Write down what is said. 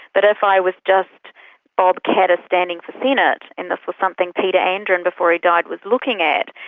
but if i was just bob catter standing for senate, and this was something peter andren, before he died, was looking at,